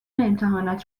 امتحانات